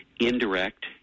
Indirect